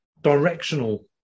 directional